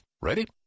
Ready